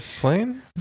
plane